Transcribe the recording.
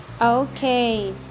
Okay